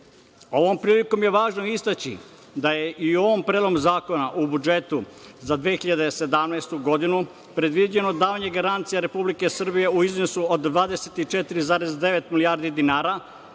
prilikom je važno istaći da je i ovim Predlogom zakona o budžetu za 2017. godinu predviđeno davanje garancija Republike Srbije u iznosu od 24,9 milijardi dinara,